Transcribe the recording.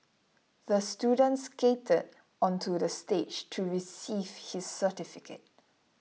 the student skated onto the stage to receive his certificate